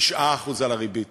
9% ריבית.